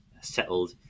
settled